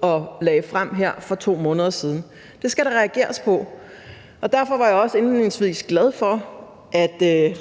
og lagde frem her for 2 måneder siden. Det skal der reageres på, og derfor var jeg også indledningsvis glad for, at